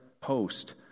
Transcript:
post